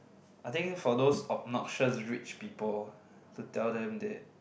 I think for those obnoxious rich people so tell them that